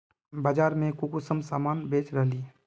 बाजार में कुंसम सामान बेच रहली?